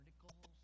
articles